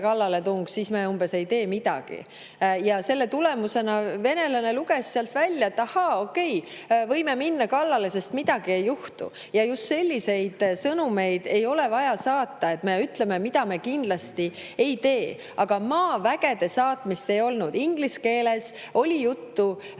kallaletung, siis me ei tee midagi. Ja selle tulemusena venelane luges sealt välja, et ahhaa, okei, võime minna kallale, sest midagi ei juhtu. Just selliseid sõnumeid ei ole vaja saata, öeldes, mida me kindlasti ei tee. Aga maavägede saatmisest [juttu] ei olnud. Inglise keeles olid